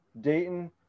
Dayton